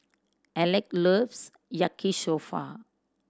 Alek loves Yaki Soba